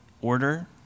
order